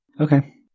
Okay